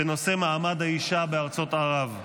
בנושא מעמד האישה בארצות ערב.